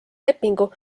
lepingu